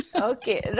Okay